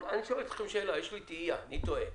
אני שואל אתכם שאלה, יש לי תהייה, אני תוהה.